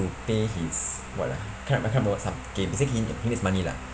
to pay his what ah can't I can't remember what up okay basically he he needs money lah